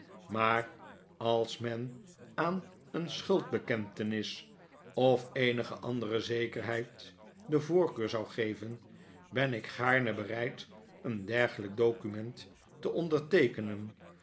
maar als men aan een schuldbekentenis of eenige andere zekerheid de voorkeur zou geven ben ik gaarne bereid een dergelijk document te onderteekenen